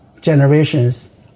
generations